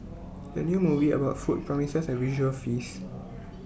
the new movie about food promises A visual feast